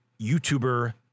YouTuber